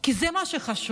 כי זה מה שחשוב.